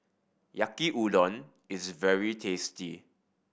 Yaki Udon is very tasty